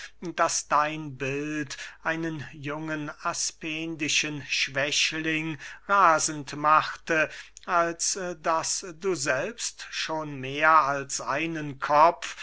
daß dein bild einen jungen aspendischen schwächling rasend machte als daß du selbst schon mehr als einen kopf